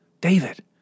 David